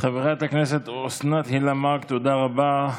חברת הכנסת אוסנת הילה מארק, תודה רבה.